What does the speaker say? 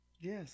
yes